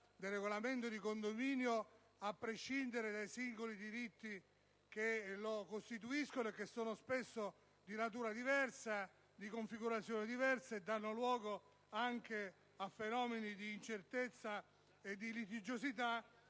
del regolamento di condominio a prescindere dai singoli diritti che lo costituiscono, che sono spesso di natura e configurazione diverse, dando luogo anche a fenomeni di incertezza e di litigiosità